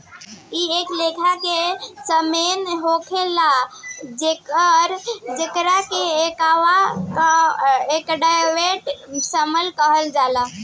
इ एक लेखा के सैल्मन होले जेकरा के एक्वा एडवांटेज सैल्मन कहाला